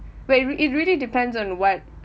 wait it it really depends on what